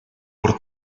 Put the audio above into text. por